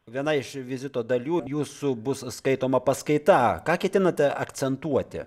viena iš vizito dalių jūsų bus skaitoma paskaita ką ketinate akcentuoti